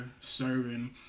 serving